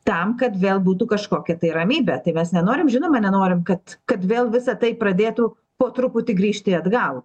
tam kad vėl būtų kažkokia tai ramybė tai mes nenorim žinoma nenorim kad kad vėl visa tai pradėtų po truputį grįžti atgal